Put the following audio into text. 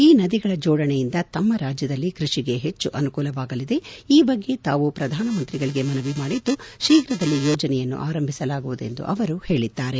ಈ ನದಿಗಳ ಜೋಡಣೆಯಿಂದ ತಮ್ಮ ರಾಜ್ಯದಲ್ಲಿ ಕೃಷಿಗೆ ಹೆಚ್ಚು ಅನುಕೂಲವಾಗಲಿದೆ ಈ ಬಗ್ಗೆ ತಾವು ಪ್ರಧಾನಮಂತ್ರಿಗಳಿಗೆ ಮನವಿ ಮಾಡಿದ್ಲು ಆರಂಭಿಸಲಾಗುವುದು ಎಂದು ಅವರು ಹೇಳಿದ್ದಾರೆ